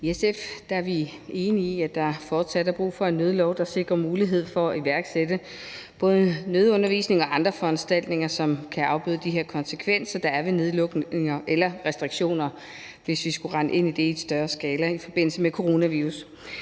I SF er vi enige i, at der fortsat er brug for en nødlov, der sikrer mulighed for at iværksætte både nødundervisning og andre foranstaltninger, som kan afbøde de her konsekvenser, der er ved nedlukninger eller restriktioner, hvis vi skulle rende ind i det i større skala i forbindelse med coronavirus.